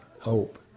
hope